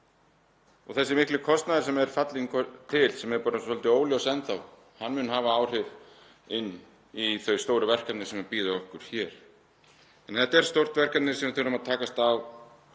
Þessi mikli kostnaður sem er fallinn til, sem er svolítið óljós enn þá, hann mun hafa áhrif inn í þau stóru verkefni sem bíða okkar hér. Þetta er stórt verkefni sem við þurfum að takast á við